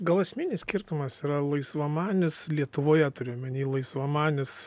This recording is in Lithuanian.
gal esminis skirtumas yra laisvamanis lietuvoje turiu omeny laisvamanis